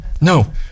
no